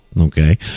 Okay